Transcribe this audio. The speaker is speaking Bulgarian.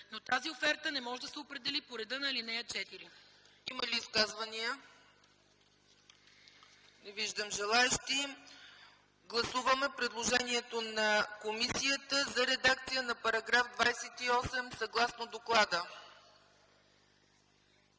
но тази оферта не може да се определи по реда на ал. 4.”